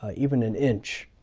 ah even an inch.